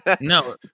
No